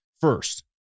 first